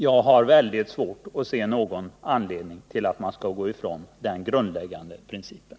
Jag har väldigt svårt att se att man skall gå ifrån den grundläggande principen.